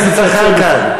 חבר הכנסת ג'מאל צודק.